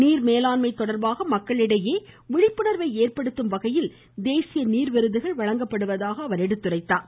நீர் மேலாண்மை தொடர்பாக மக்களிடையே மேலும் மேலும் விழிப்புணர்வை ஏற்படுத்தும் வகையில் தேசிய நீர் விருதுகள் வழங்கப்படுவதாக குறிப்பிட்டார்